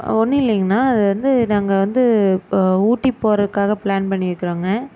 ஒன்றும் இல்லைங்கண்ணா அது வந்து நாங்கள் வந்து இப்போ ஊட்டி போகிறதுக்காக பிளான் பண்ணியிருக்குறோங்க